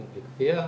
עם או בלי כפייה,